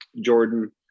Jordan